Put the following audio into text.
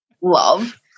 love